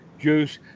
juice